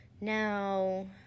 Now